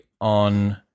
on